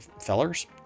fellers